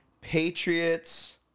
Patriots